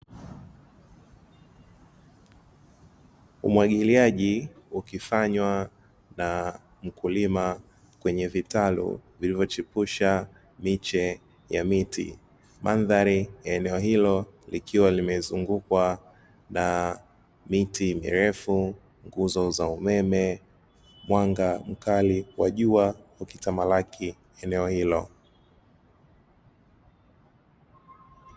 Umwagiliaji ukifanywa na mkulima kwenye vitalu vilivyochipusha miche ya miti, mandhari ya eneo hilo likiwa limezungukwa na miti mirefu, nguzo za umeme, mwanga mkali wa jua ukitamalaki eneo hilo.